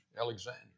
Alexander